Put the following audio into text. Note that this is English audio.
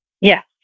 Yes